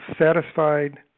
satisfied